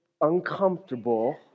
uncomfortable